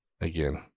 Again